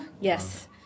Yes